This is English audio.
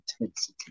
intensity